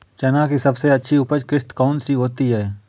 चना की सबसे अच्छी उपज किश्त कौन सी होती है?